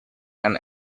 and